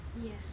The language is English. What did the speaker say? Yes